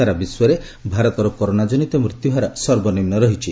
ସାରା ବିଶ୍ୱରେ ଭାରତର କରୋନା ଜନିତ ମୃତ୍ୟୁ ହାର ସର୍ବନିମ୍ମ ରହିଛି